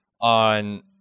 on